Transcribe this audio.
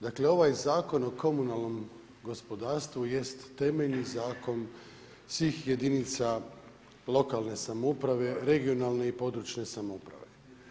Dakle, ovaj Zakon o komunalnom gospodarstvu jeste temeljni zakon svih jedinica lokalne samouprave, regionalne i područne samouprave.